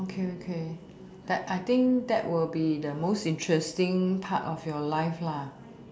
okay okay that I think that will be the most interesting part of your life lah